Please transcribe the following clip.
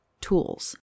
tools